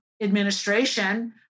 administration